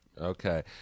Okay